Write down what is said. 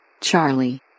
Charlie